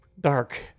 dark